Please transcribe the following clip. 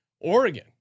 Oregon